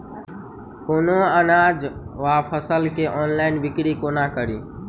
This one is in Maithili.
कोनों अनाज वा फसल केँ ऑनलाइन बिक्री कोना कड़ी?